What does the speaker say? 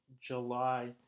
July